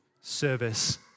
service